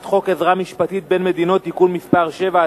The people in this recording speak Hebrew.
חוק עזרה משפטית בין מדינות (תיקון מס' 7),